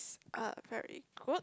uh very good